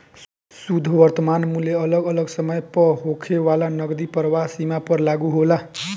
शुद्ध वर्तमान मूल्य अगल अलग समय पअ होखे वाला नगदी प्रवाह सीमा पअ लागू होला